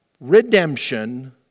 redemption